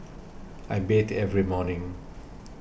I bathe every morning